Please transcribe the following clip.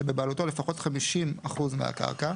שבבעלותו לפחות 50% מהקרקע,